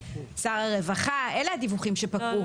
שר הרווחה אלה הדיווחים שפקעו.